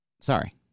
Sorry